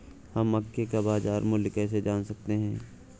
हम मक्के का बाजार मूल्य कैसे जान सकते हैं?